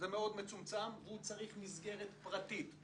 הוא מאוד מצומצם והוא צריך מסגרת פרטית.